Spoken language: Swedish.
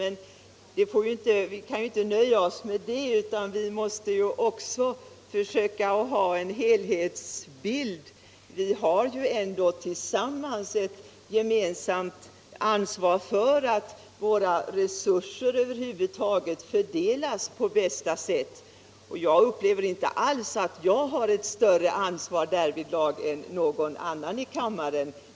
Men vi får inte nöja oss med det, utan vi måste också försöka ha en helhetsbild: Vi har ju ändå ett gemensamt ansvar för att våra resurser fördelas på bästa sätt. Jag upplever det inte alls så att jag därvidlag har ett större ansvar än någon annan i kammaren.